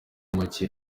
make